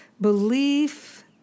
Belief